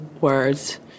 words